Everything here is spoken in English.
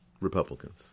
Republicans